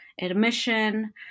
admission